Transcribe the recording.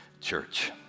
church